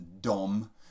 Dom